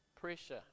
pressure